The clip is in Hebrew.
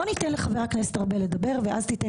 בוא ניתן לחבר הכנסת ארבל לדבר ואז תיתן